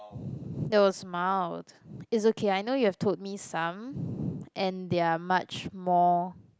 that was mild it's okay I know you have told me some and they are much more